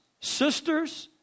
sisters